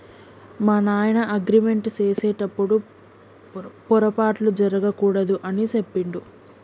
మా నాయన అగ్రిమెంట్ సేసెటప్పుడు పోరపాట్లు జరగకూడదు అని సెప్పిండు